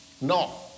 No